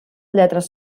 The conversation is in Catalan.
lletres